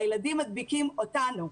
הילדים מדביקים אותנו.